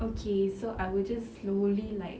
okay so I will just slowly like